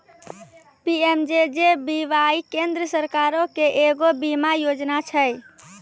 PMJJBY केन्द्र सरकारो के एगो बीमा योजना छै